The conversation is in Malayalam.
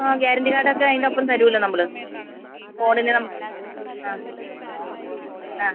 ആ ഗ്യാരണ്ടി കാർഡ് ഒക്കെ അതിൻ്റെ ഒപ്പം തരുമല്ലോ നമ്മൾ ഫോണിന് നമുക്ക് ആ ആ